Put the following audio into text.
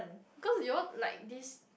cause you all like this